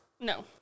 No